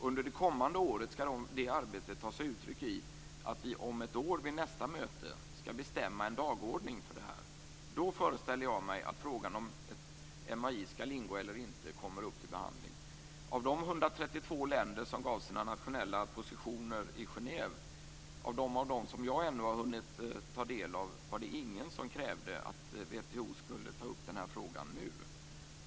Under det kommande året skall det arbetet ta sig uttryck i att vi på nästa möte om ett år skall bestämma en dagordning för det. Jag föreställer mig att frågan om MAI skall ingå eller inte då kommer upp till behandling. Enligt det material som jag ännu har hunnit ta del av var det inget av de 132 länder som angav sina nationella positioner i Genève som krävde att WTO skulle ta upp den här frågan nu.